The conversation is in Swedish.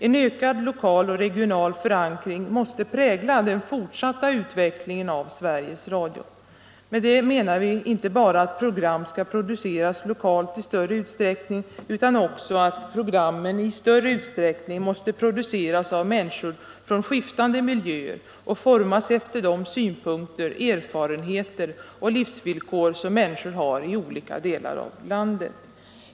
En ökad lokal och regional förankring måste prägla den fortsatta utvecklingen av Sveriges Radio. Med detta menar vi inte bara att program skall produceras lokalt i större utsträckning utan också att programmen i större utsträckning måste produceras av människor från skiftande miljöer och formas efter de synpunkter, erfarenheter och livsvillkor som människor har i olika delar av landet.